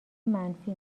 منفی